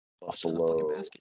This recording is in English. Buffalo